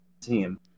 team